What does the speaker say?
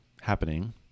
happening